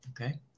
okay